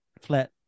Flat